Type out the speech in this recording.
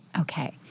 Okay